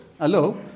hello